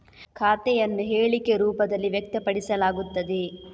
ಖಾತೆಯನ್ನು ಹೇಳಿಕೆ ರೂಪದಲ್ಲಿ ವ್ಯಕ್ತಪಡಿಸಲಾಗುತ್ತದೆ